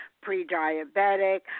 pre-diabetic